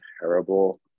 terrible